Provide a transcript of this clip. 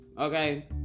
okay